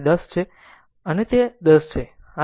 તેથી અહીં તે 10 છે અને આ તે છે જેને આને r 2 કહે છે